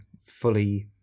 fully